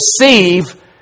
receive